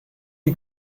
die